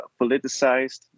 politicized